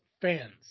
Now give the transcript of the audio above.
fans